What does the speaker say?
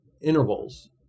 intervals